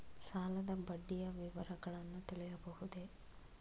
ಸಾಲದ ಬಡ್ಡಿಯ ವಿವರಗಳನ್ನು ತಿಳಿಯಬಹುದೇ?